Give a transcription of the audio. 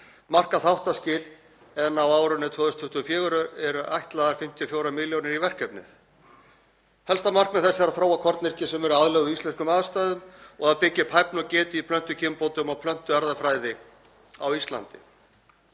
markar þáttaskil en á árinu 2024 eru ætlaðar 54 milljónir í verkefnið. Helsta markmið þess er að þróa kornyrkju sem er aðlöguð að íslenskum aðstæðum og að byggja upp hæfni og getu í plöntukynbótum og plöntuerfðafræði á Íslandi.